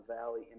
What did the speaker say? Valley